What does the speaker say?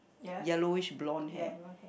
yellowish blonde hair